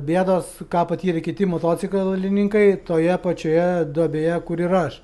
bėdos ką patyrė kiti motociklininkai toje pačioje duobėje kur ir aš